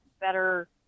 better